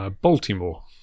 Baltimore